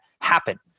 happen